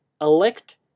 elect